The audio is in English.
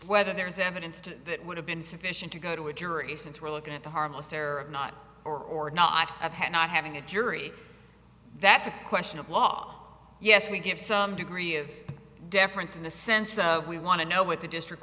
whether there's evidence to that would have been sufficient to go to a jury since we're looking at the harmless or not or or not of had not having a jury that's a question of law yes we give some degree of deference in the sense of we want to know what the district